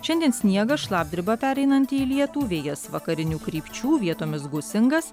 šiandien sniegas šlapdriba pereinanti į lietų vėjas vakarinių krypčių vietomis gūsingas